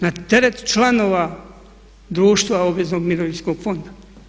Na teret članova društva obveznog mirovinskog fonda.